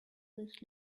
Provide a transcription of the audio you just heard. this